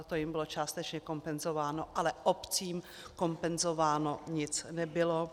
To jim bylo částečně kompenzováno, ale obcím kompenzováno nic nebylo.